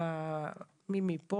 הוא צריך להיות בטרמינולוגיה של חדר מיון,